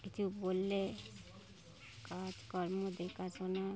কিছু বললে কাজকর্ম দেখাশোনা